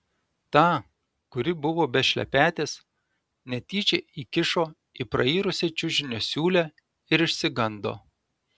tą kuri buvo be šlepetės netyčia įkišo į prairusią čiužinio siūlę ir išsigando